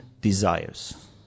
desires